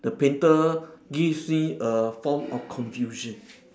the painter gives me a form of confusion